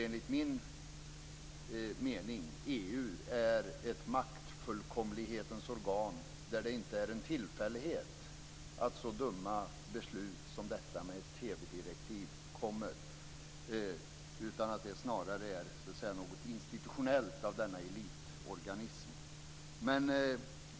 Enligt min mening är EU ett maktfullkomlighetens organ där det inte är en tillfällighet att så dumma beslut fattas som detta med ett TV-direktiv. Det är snarare något institutionellt i denna elitorganism.